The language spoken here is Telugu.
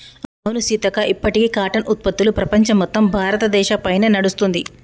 అవును సీతక్క ఇప్పటికీ కాటన్ ఉత్పత్తులు ప్రపంచం మొత్తం భారతదేశ పైనే నడుస్తుంది